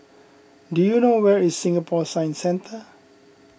do you know where is Singapore Science Centre